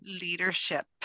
leadership